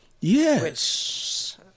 Yes